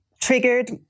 triggered